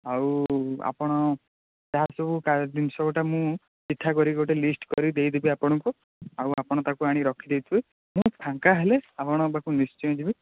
ଆଉ ଆପଣ ଯାହାସବୁ କାର୍ଯ୍ୟ ଜିନିଷଗୁଡ଼ା ମୁଁ ଚିଠା କରି ଗୋଟେ ଲିଷ୍ଟ କରି ଦେଇଦେବି ଆପଣଙ୍କୁ ଆଉ ଆପଣ ତା'କୁ ଆଣି ରଖି ଦେଇଥିବେ ମୁଁ ଫାଙ୍କା ହେଲେ ଆପଣଙ୍କ ପାଖକୁ ନିଶ୍ଚୟ ଯିବି